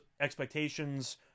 expectations